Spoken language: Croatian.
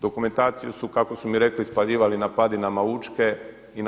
Dokumentaciju su kako su mi rekli spaljivali na padinama Učke i na